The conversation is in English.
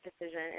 decision